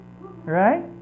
Right